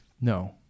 no